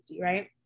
right